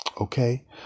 Okay